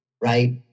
right